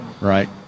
right